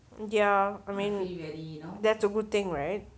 mmhmm